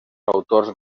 autors